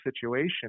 situation